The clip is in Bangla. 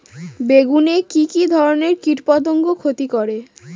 বেগুনে কি কী ধরনের কীটপতঙ্গ ক্ষতি করে?